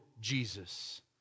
Jesus